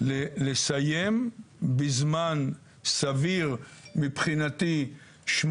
לסיים בזמן סביר מבחינתי 8,